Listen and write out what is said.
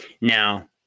Now